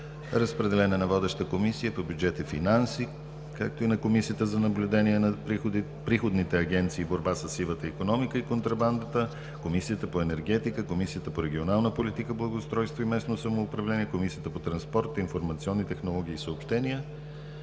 Разпределен е на водещата Комисия по бюджет и финанси, както и на Комисията за наблюдение на приходните агенции и борба със сивата икономика и контрабандата, Комисията по енергетика, Комисията по регионална политика, благоустройство и местно самоуправление и Комисията по транспорт, информационни технологии и съобщения.